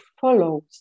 follows